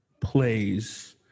plays